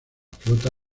flota